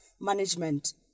management